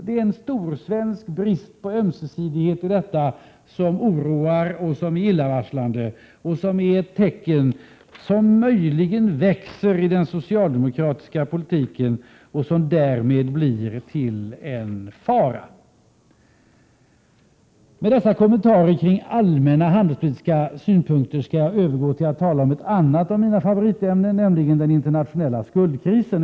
— Det ligger en storsvensk brist på ömsesidighet i detta som oroar och som är illavarslande. Det är ett tecken som möjligen växer i den socialdemokratiska politiken och som därmed blir till en fara. Med dessa kommentarer kring allmänna handelspolitiska synpunkter skall jag övergå till att tala om ett annat av mina favoritämnen, nämligen den internationella skuldkrisen.